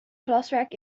glaswerk